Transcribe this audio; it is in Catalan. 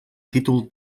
títol